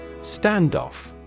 Standoff